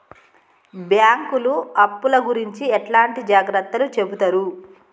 బ్యాంకులు అప్పుల గురించి ఎట్లాంటి జాగ్రత్తలు చెబుతరు?